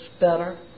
better